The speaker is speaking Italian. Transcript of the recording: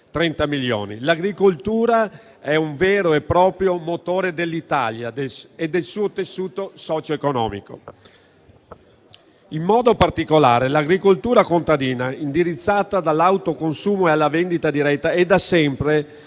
L'agricoltura è un vero e proprio motore dell'Italia e del suo tessuto socioeconomico. In modo particolare, l'agricoltura contadina, indirizzata all'autoconsumo e alla vendita diretta, è da sempre